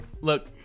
Look